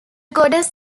goddess